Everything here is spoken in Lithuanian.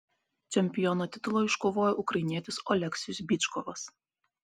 čempiono titulą iškovojo ukrainietis oleksijus byčkovas